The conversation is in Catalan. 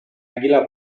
àguila